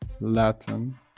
Latin